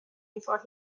before